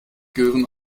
gehören